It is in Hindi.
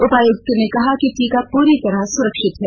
उपायुक्त ने कहा कि यह टीका पूरी तरह सुरक्षित है